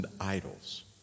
idols